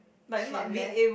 should have left